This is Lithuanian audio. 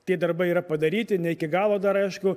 tie darbai yra padaryti ne iki galo dar aišku